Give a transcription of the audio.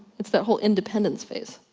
it's that whole independence phase.